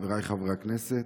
חבריי חברי הכנסת,